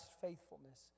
faithfulness